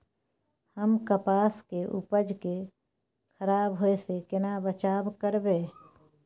हम कपास के उपज के खराब होय से केना बचाव करबै?